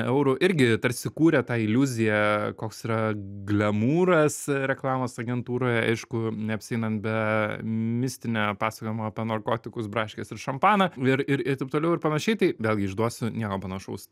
eurų irgi tarsi kūrė tą iliuziją koks yra glemūras reklamos agentūroje aišku neapsieinant be mistinio pasakojimo apie narkotikus braškes ir šampaną ir ir taip toliau ir panašiai tai vėlgi išduosiu nieko panašaus